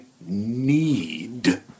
need